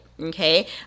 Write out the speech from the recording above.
okay